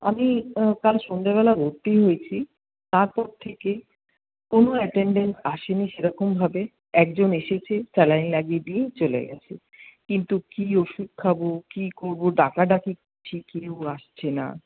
আমি কাল সন্ধ্যাবেলা ভর্তি হয়েছি তারপর থেকে কোনো অ্যাটেনডেন্টস আসেনি সেরকমভাবে একজন এসেছে স্যালাইন লাগিয়ে দিয়ে চলে গেছে কিন্তু কী ওষুধ খাব কী করবো ডাকাডাকি করছি কেউ আসছে না